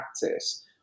practice